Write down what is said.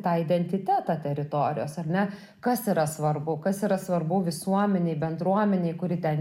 tą identitetą teritorijos ar ne kas yra svarbu kas yra svarbu visuomenei bendruomenei kuri ten